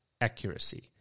accuracy